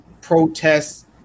protests